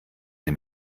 sie